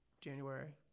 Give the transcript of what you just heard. January